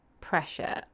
pressure